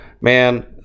Man